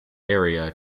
area